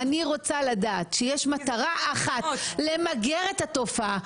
רוצה לדעת שהמטרה היא למגר את התופעה.